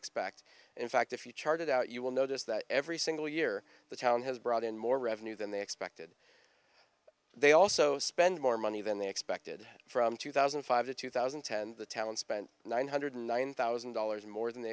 expect and in fact if you chart it out you will notice that every single year the town has brought in more revenue than they expected they also spend more money than they expected from two thousand and five to two thousand and ten the talent spent nine hundred nine thousand dollars more than they